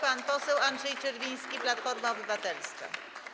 Pan poseł Andrzej Czerwiński, Platforma Obywatelska.